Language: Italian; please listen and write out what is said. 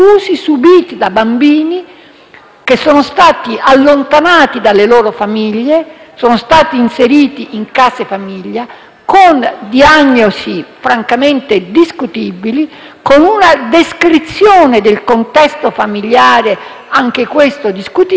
che sono stati allontanati dalle loro famiglie e inseriti in case famiglia, con diagnosi francamente discutibili e con una descrizione del contesto familiare altrettanto discutibile, ma con un fatto concreto: